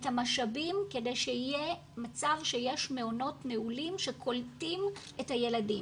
את המשאבים כדי שיהיה מצב שיש מעונות נעולים שקולטים את הילדים.